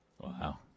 Wow